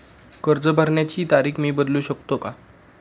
कर्ज भरण्याची तारीख मी बदलू शकतो का?